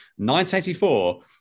1984